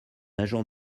agent